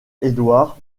edouard